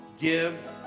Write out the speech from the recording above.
give